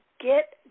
get